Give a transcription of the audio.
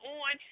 on